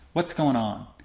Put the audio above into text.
what's going on?